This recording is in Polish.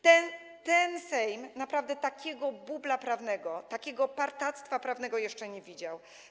Ten Sejm naprawdę takiego bubla prawnego, takiego partactwa prawnego jeszcze nie widział.